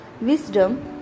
Wisdom